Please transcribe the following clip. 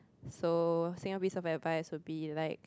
so single piece of advice will be like